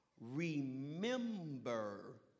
Remember